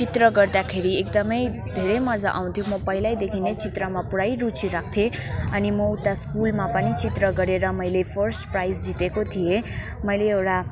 चित्र गर्दाखेरि एकदमै धेरै मज्जा आउँथ्यो म पहिल्यैदेखि नै चित्रमा पुरै रुचि राख्थेँ अनि म उता स्कुलमा पनि चित्र गरेर मैले फर्स्ट प्राइज जितेको थिएँ मैले एउटा